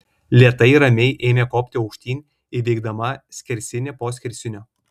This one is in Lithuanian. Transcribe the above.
lėtai ramiai ėmė kopti aukštyn įveikdama skersinį po skersinio